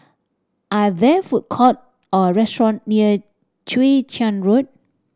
are there food court or restaurant near Chwee Chian Road